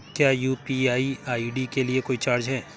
क्या UPI ID के लिए कोई चार्ज है?